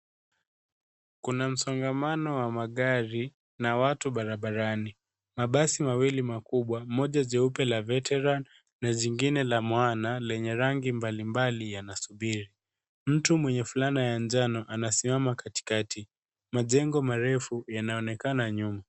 Kuna msongamano wa magari na watu barabarani, mabasi mawili makubwa moja nyeupe la Veteran na zingine la Mona lenye rangi mbalimbali yana subiri. Mtu mwenye fulana ya njano ana simama katikati, majengo marefu yanaonekana nyuma.